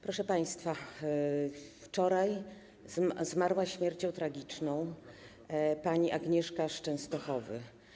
Proszę państwa, wczoraj zmarła śmiercią tragiczną pani Agnieszka z Częstochowy.